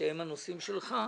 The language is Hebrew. שהם הנושאים שלך,